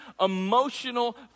emotional